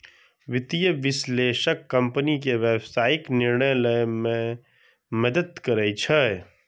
वित्तीय विश्लेषक कंपनी के व्यावसायिक निर्णय लए मे मदति करै छै